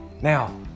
Now